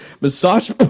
massage